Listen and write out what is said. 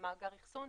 ומאגר אחסון.